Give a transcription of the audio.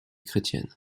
chrétienne